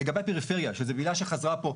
לגבי הפריפריה, שזו מילה שחזרה פה.